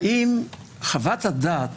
האם חוות הדעת